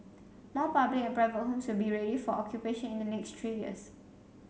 more public and private homes will be ready for occupation in the next three years